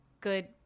good